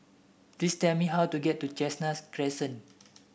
please tell me how to get to Chestnut Crescent